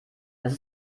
dass